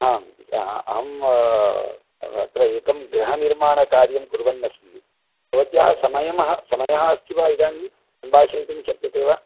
आम् अहम् अत्र एकं गृहनिर्माणकार्यं कुर्वन्नस्मि भवत्याः समयमः समयः अस्ति वा इदानीं सम्भाषयितुं शक्यते वा